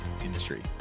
industry